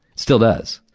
still does.